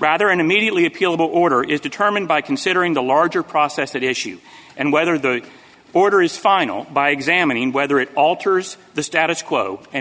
rather and immediately appealable order is determined by considering the larger process that issue and whether the order is final by examining whether it alters the status quo and